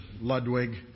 Ludwig